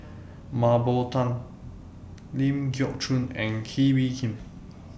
Mah Bow Tan Ling Geok Choon and Kee Bee Khim